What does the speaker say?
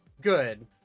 good